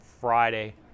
Friday